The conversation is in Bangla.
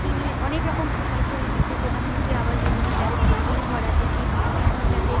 তিনি অনেক রকম প্রকল্প এনেছে প্রধানমন্ত্রী আবাস যোজনা যাদের মাটির ঘর আছে সেই মাটির ঘর যাতে